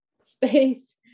space